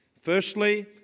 firstly